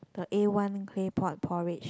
the A one claypot porridge